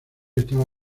estaba